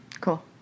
Cool